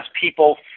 people